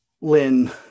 lynn